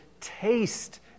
taste